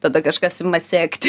tada kažkas ima sekti